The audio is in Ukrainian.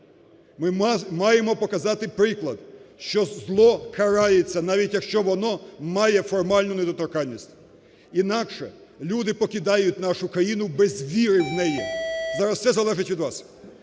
Ми маємо показати приклад, що зло карається навіть, якщо воно має формальну недоторканність. Інакше люди покидають нашу країну без віри в неї. Зараз все залежить від вас.